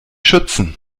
schützen